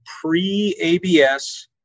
pre-ABS